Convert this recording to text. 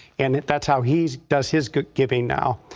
and that's how he does his giving now.